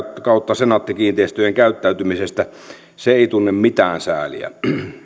kautta senaatti kiinteistöjen käyttäytymisestä että se ei tunne mitään sääliä